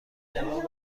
جوان